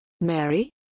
Mary